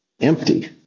empty